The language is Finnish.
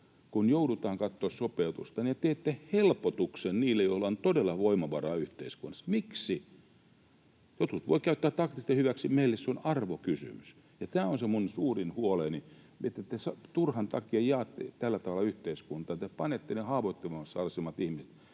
kun joudutaan katsomaan sopeutusta, tehdä helpotuksen niille, joilla on todella voimavaraa yhteiskunnassa. Miksi? Jotkut voivat käyttää sitä taktisesti hyväksi, mutta meille se on arvokysymys. Tämä on se suurin huoleni, että te turhan takia jaatte tällä tavalla yhteiskuntaa. Te panette ne haavoittuvimmassa asemassa olevat ihmiset